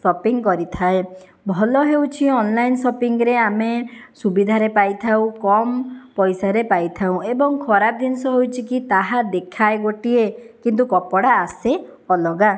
shopping କରିଥାଏ ଭଲ ହେଉଛି ଅନଲାଇନ୍ ସପିଙ୍ଗରେ ଆମେ ସୁବିଧାରେ ପାଇଥାଉ କମ୍ ପଇସାରେ ପାଇଥାଉ ଏବଂ ଖରାପ ଜିନିଷ ହେଉଛି କି ତାହା ଦେଖାଏ ଗୋଟିଏ କିନ୍ତୁ କପଡ଼ା ଆସେ ଅଲଗା